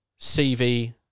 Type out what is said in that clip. CV